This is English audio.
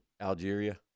Algeria